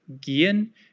gehen